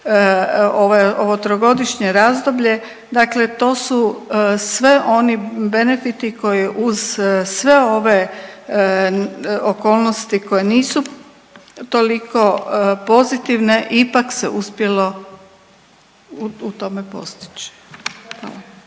ovo trogodišnje razdoblje, dakle to su sve oni benefiti koji uz sve ove okolnosti koje nisu toliko pozitivne ipak se uspjelo u tome postići. Hvala.